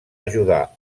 ajudar